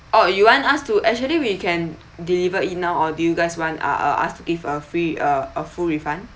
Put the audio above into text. oh you want us to actually we can deliver it now or do you guys want uh uh us to give a free uh a full refund